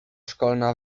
szkolna